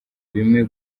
bimwe